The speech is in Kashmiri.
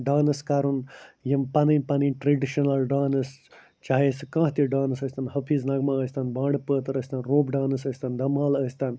ڈانَس کَرُن یِم پَنٕنۍ پَنٕنۍ ٹرٛیڈِشَنَل ڈانَس چاہے سُہ کانٛہہ تہِ ڈانَس ٲسۍتَن حفیٖظ نغمہ ٲسۍتَن بانٛڈٕ پٲتھر ٲسۍتَن روٚف ڈانَس ٲسۍتَن دمال ٲسۍتَن